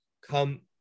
come